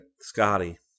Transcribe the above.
Scotty